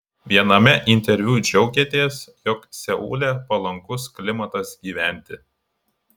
viename interviu džiaugėtės jog seule palankus klimatas gyventi